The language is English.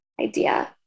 idea